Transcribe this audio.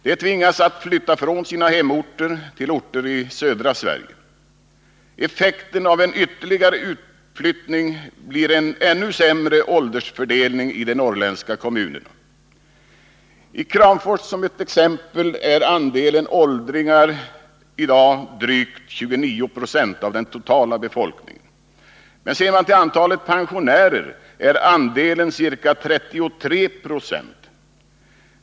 De tvingas att flytta från sina hemorter till orteri södra Sverige. Effekten av en ytterligare utflyttning blir en ännu sämre åldersfördelning i de norrländska kommunerna. I Kramfors, som ett exempel, är andelen åldringar i dag drygt 29 90 av den totala befolkningen. Ser man till antalet pensionärer är andelen ca 33 26.